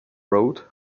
road